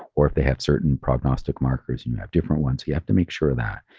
or if they have certain prognostic markers and you have different ones, you have to make sure that.